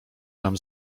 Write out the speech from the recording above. tam